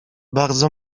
bardzo